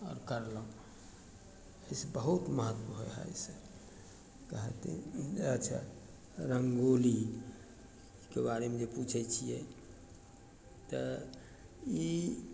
आओर करलहुँ ऐसे बहुत महत्व होइ हइ ऐसे कहतय अच्छा रङ्गोली ओइके बारेमे जे पूछय छियै तऽ ई